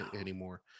anymore